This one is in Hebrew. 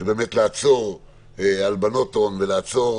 שבאמת לעצור הלבנות הון ולעצור,